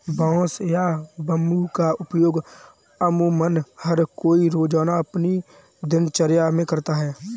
बांस या बम्बू का उपयोग अमुमन हर कोई रोज़ाना अपनी दिनचर्या मे करता है